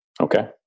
Okay